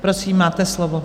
Prosím, máte slovo.